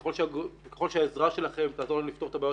וככל שהעזרה שלכם תעזור לנו לפתור את הבעיות